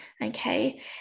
Okay